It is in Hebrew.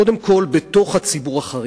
קודם כול בתוך הציבור החרדי.